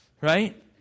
right